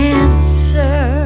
answer